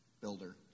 builder